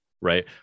right